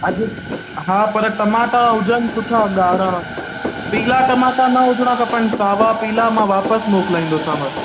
अॼु हा पर टमाटा हुजनि सुठा ॻाढ़ा पीला टमाटा न हुजणा खपनि सावा पीला मां वापसि मोकिलाईंदोसांव